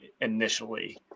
initially